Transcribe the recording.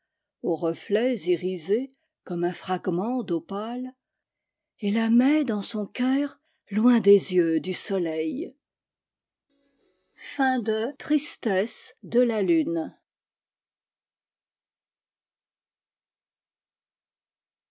aux reflets irisés comme un fragment d'opale et la met dans son cœur loin des yeux du soleil